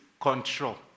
control